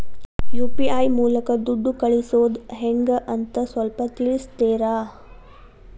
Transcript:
UPI ಮೂಲಕ ದುಡ್ಡು ಕಳಿಸೋದ ಹೆಂಗ್ ಅಂತ ಸ್ವಲ್ಪ ತಿಳಿಸ್ತೇರ?